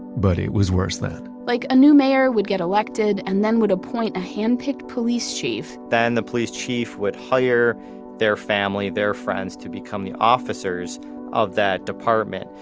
but it was worse then like, a new mayor would get elected, and then would appoint a handpicked police chief then the police chief would hire their family, their friends to become the officers of that department.